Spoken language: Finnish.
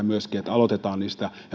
myöskin että aloitetaan niistä